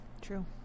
true